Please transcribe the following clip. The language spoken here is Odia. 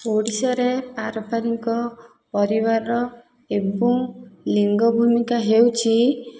ଓଡ଼ିଶାରେ ପାରମ୍ପାରିକ ପରିବାର ଏବଂ ଲିଙ୍ଗ ଭୂମିକା ହେଉଛି